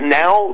now